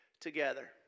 together